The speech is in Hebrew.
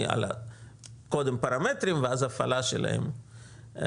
על הפרמטרים ואז על ההפעלה שלהם בפועל,